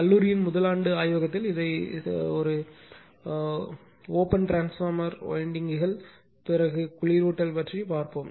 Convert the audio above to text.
கல்லூரியில் முதல் ஆண்டு ஆய்வகத்தில் இதை திறந்த டிரான்ஸ்பார்மர்யின் வைண்டிங்குகள் பிறகு குளிரூட்டல் பற்றி பார்ப்போம்